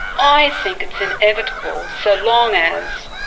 i think it's inevitable, so long as